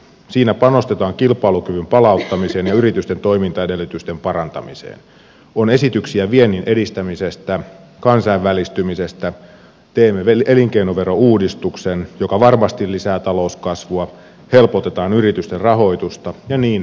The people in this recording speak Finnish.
siinä panostetaan kilpailukyvyn palauttamiseen ja yritysten toimintaedellytysten parantamiseen on esityksiä viennin edistämisestä kansainvälistymisestä teemme elinkeinoverouudistuksen joka varmasti lisää talouskasvua helpotetaan yritysten rahoitusta ja niin edelleen